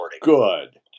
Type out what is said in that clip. good